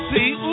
See